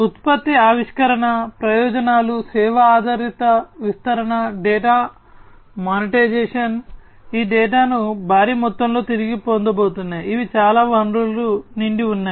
ఉత్పత్తి ఆవిష్కరణ ప్రయోజనాలు సేవా ఆధారిత విస్తరణ డేటా మోనటైజేషన్ ఈ డేటాను భారీ మొత్తంలో తిరిగి పొందబోతున్నాయి ఇవి చాలా వనరులు నిండి ఉన్నాయి